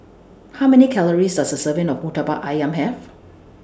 How Many Calories Does A Serving of Murtabak Ayam Have